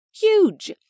huge